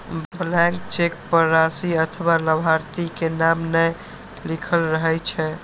blank cheque पर राशि अथवा लाभार्थी के नाम नै लिखल रहै छै